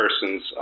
person's